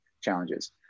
challenges